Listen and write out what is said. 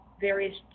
various